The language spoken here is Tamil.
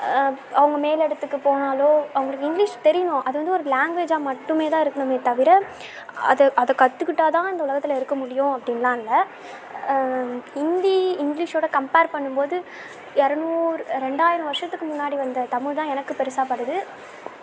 அவங்க மேலிடத்துக்கு போனால் அவங்களுக்கு இங்கிலிஷ் தெரியணும் அது வந்து ஒரு லாங்குவேஜாக மட்டும் தான் இருக்கணுமே தவிர அதை அதை கற்றுக்கிட்டா தான் இந்த உலகத்தில் இருக்க முடியும் அப்படினுலாம் இல்லை ஹிந்தி இங்கிலிஷோடு கம்பேர் பண்ணும்போது இரநூறு ரெண்டாயிரம் வருஷத்துக்கு முன்னாடி வந்த தமிழ் தான் எனக்கு பெருசாக படுது